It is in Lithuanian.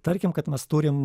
tarkim kad mes turim